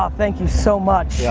um thank you so much. yeah